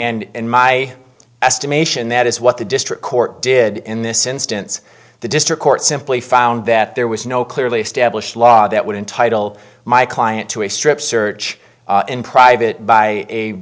and in my estimation that is what the district court did in this instance the district court simply found that there was no clearly established law that would entitle my client to a strip search in private by a